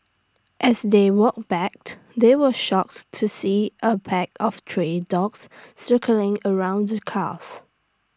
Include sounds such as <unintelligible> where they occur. as they walked <unintelligible> they were shocked to see A pack of tray dogs circling around the cars